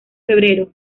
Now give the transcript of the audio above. febrero